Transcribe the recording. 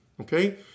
Okay